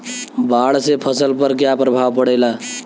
बाढ़ से फसल पर क्या प्रभाव पड़ेला?